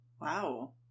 Wow